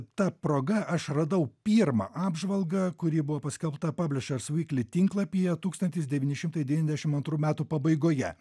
ta proga aš radau pirmą apžvalgą kuri buvo paskelbta publishers weekly tinklapyje tūkstantis devyni šimtai devyniasdešimt antrų metų pabaigoje